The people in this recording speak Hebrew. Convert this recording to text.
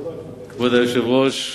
כבוד היושב-ראש,